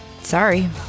Sorry